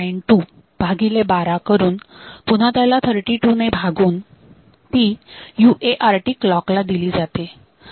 0592 भागिले बारा करून पुन्हा त्याला 32 ने भागून ती UART क्लॉक ला दिली जाते